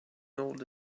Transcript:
older